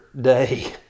day